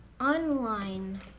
online